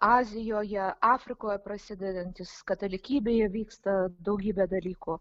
azijoje afrikoj prasidedantys katalikybėje vyksta daugybė dalykų